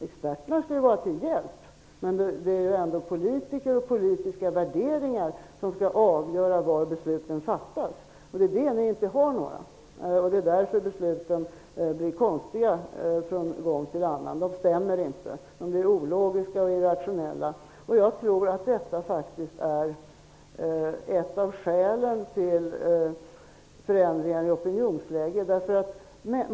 Experterna skall ju vara till hjälp, men det är ändå politiker och politiska värderingar som skall avgöra var besluten skall fattas. Det är sådana värderingar som ni inte har, och det är därför som besluten blir konstiga från gång till annan. De stämmer inte, de är ologiska och irrationella. Jag tror att detta faktiskt är ett av skälen till förändringarna i opinionsläget.